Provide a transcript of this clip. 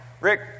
Rick